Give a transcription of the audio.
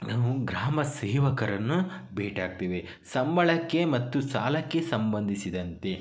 ನಾವು ಗ್ರಾಮ ಸೇವಕರನ್ನು ಭೇಟಿಯಾಗ್ತೀವಿ ಸಂಬಳಕ್ಕೆ ಮತ್ತು ಸಾಲಕ್ಕೆ ಸಂಬಂಧಿಸಿದಂತೆ